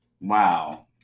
Wow